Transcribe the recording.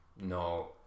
no